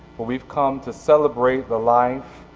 but we've come to celebrate the life,